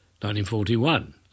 1941